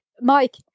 Mike